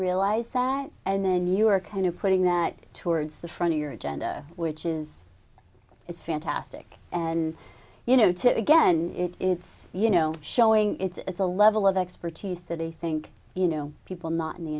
realize that and then you're kind of putting that towards the front of your agenda which is it's fantastic and you know to again it's you know showing it's a level of expertise that they think you know people not in the